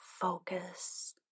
focus